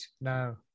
no